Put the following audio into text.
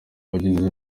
abagize